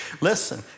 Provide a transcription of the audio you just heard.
Listen